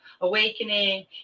awakening